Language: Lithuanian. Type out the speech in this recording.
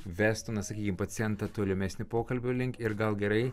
ves ten na sakykim pacientą tolimesnio pokalbio link ir gal gerai